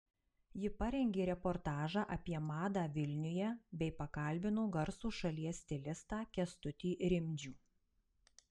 ji parengė reportažą apie madą vilniuje bei pakalbino garsų šalies stilistą kęstutį rimdžių